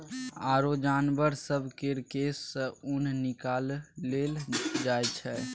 आरो जानबर सब केर केश सँ ऊन निकालल जाइ छै